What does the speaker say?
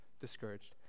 discouraged